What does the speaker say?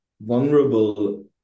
vulnerable